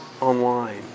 online